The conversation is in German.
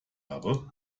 habe